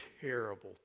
terrible